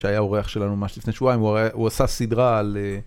שהיה אורח שלנו ממש לפני שבועיים, הוא עשה סדרה על...